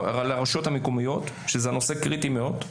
לרשויות המקומיות שזה נושא קריטי מאוד,